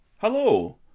Hello